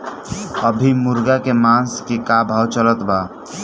अभी मुर्गा के मांस के का भाव चलत बा?